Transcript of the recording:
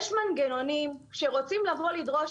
יש מנגנונים שרוצים לבוא לדרוש,